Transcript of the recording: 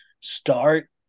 start